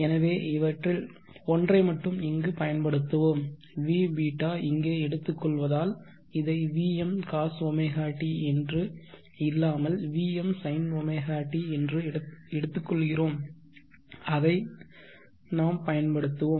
எனவே இவற்றில் ஒன்றை மட்டுமே இங்கு பயன்படுத்துவோம் v β இங்கே எடுத்துக்கொள்வதால் இதை vm cosωt என்று இல்லாமல் vm sinωt என்று எடுத்துக்கொள்கிறோம் அதைப் நாம் பயன்படுத்துவோம்